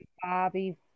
Bobby